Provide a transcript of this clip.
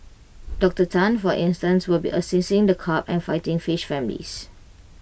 Doctor Tan for instance will be assessing the carp and fighting fish families